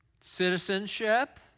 Citizenship